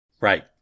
Right